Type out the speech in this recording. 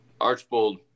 Archbold